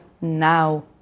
now